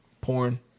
Porn